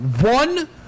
one